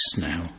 now